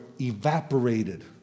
evaporated